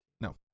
No